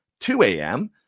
2am